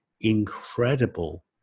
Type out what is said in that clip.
incredible